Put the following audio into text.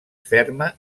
ferma